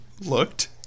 Looked